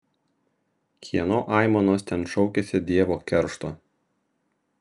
kieno aimanos ten šaukiasi dievo keršto